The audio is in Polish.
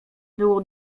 było